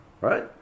right